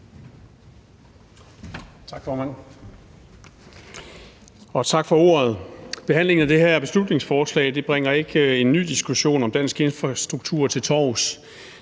Tak for ordet, formand. Behandlingen af det her beslutningsforslag bringer ikke en ny diskussion om dansk infrastruktur til torvs.